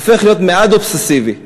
הופך להיות מעט אובססיבי.